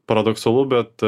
paradoksalu bet